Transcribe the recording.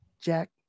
Jack